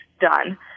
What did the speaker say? done